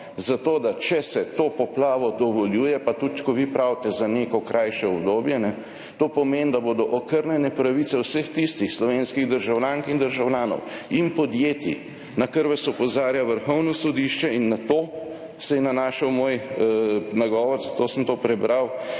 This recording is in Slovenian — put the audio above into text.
Zato da, če se to poplavo dovoljuje, pa tudi, kot vi pravite, za neko krajše obdobje, to pomeni, da bodo okrnjene pravice vseh tistih slovenskih državljank in državljanov in podjetij, na kar vas opozarja Vrhovno sodišče, in na to se je nanašal moj nagovor, zato sem to prebral,